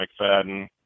McFadden